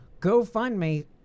GoFundMe